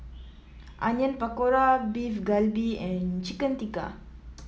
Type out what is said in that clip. Onion Pakora Beef Galbi and Chicken Tikka